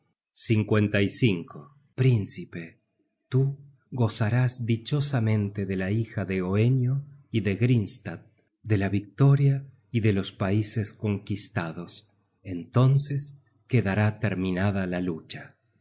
te convendrán tambien príncipe tú gozarás dichosamente de la hija de hoenio y de hringstad de la victoria y de los paises conquistados entonces quedará terminada la lucha